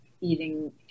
eating